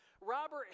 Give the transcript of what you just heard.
Robert